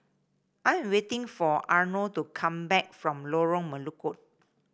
I am waiting for Arno to come back from Lorong Melukut